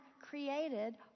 created